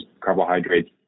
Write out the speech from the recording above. carbohydrates